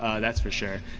ah that's for sure.